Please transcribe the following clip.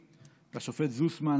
של השופט זוסמן,